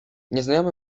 nieznajomy